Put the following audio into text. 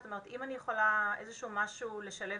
זאת אומרת, אם אני יכולה איזה שהוא משהו לשלב